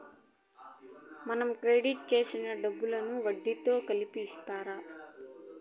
మనం క్రెడిట్ చేసిన డబ్బులను వడ్డీతో కలిపి ఇత్తారు